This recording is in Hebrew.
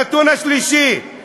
הנתון השלישי,